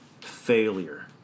Failure